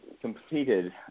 completed